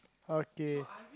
okay